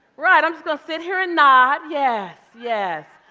right, i'm just gonna sit here and nod, yes, yes.